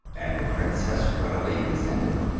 and the princess readily consented.